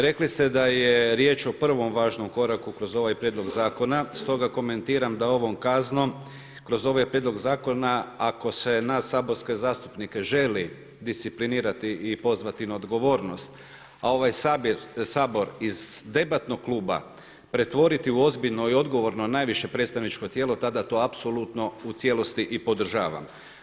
Rekli ste da je riječ o prvom važnom koraku kroz ovaj prijedlog zakona, stog komentiram da ovom kaznom kroz ovaj prijedlog zakona ako se nas saborske zastupnike želi disciplinirati i pozvati na odgovornost a ovaj Sabor iz debatnog kluba pretvoriti u ozbiljno i odgovorno najviše predstavničko tijelo tada to apsolutno u cijelosti i podržavam.